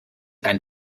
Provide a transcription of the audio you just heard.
ein